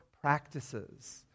practices